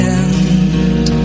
end